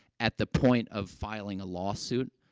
at the point of filing a lawsuit,